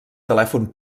telèfon